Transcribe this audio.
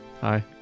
hi